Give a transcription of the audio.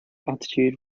attitude